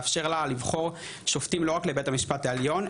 תאפשר לה לבחור שופטים לא רק לבית המשפט העליון,